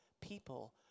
people